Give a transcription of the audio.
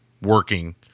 working